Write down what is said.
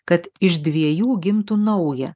kad iš dviejų gimtų nauja